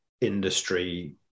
industry